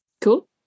cool